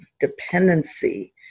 dependency